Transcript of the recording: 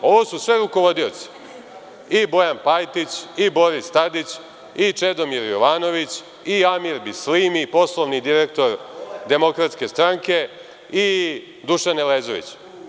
Ovo su sve rukovodioci i Bojan Pajtić i Boris Tadić i Čedomir Jovanović i Amir Bislimi, poslovni direktor DS, i Dušan Elezović.